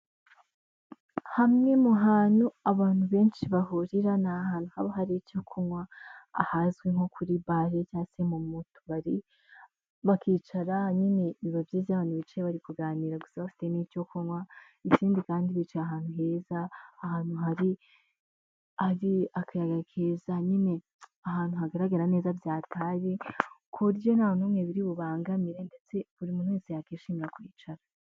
Hamwe mu hantu abantu benshi bahurira ni ahantu haba hari icyo kunywa ahazwi nko kuri ba cyangwa se mu tubari bakicara, nyine biba byiza abantu bicaye bari kuganira gusa bafite n'icyo kunywa, ikindi kandi bicaye ahantu heza, ahantu hari ari akayaga keza, nyine ahantu hagaragara neza byahatari, ku buryo nta n'umwe biri bubangamire, ndetse buri muntu wese yakishimira kwicara.